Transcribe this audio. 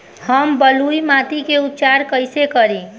हम बलुइ माटी के उपचार कईसे करि?